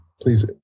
Please